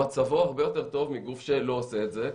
מצבו הרבה יותר טוב מגוף שלא עושה את זה.